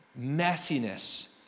messiness